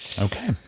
okay